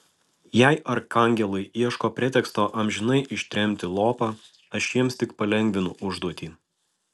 jei arkangelai ieško preteksto amžinai ištremti lopą aš jiems tik palengvinu užduotį